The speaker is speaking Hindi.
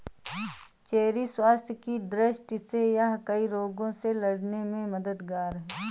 चेरी स्वास्थ्य की दृष्टि से यह कई रोगों से लड़ने में मददगार है